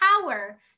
power